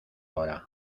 hora